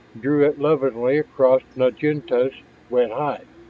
drew it lovingly across naginlta's wet hide.